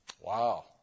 Wow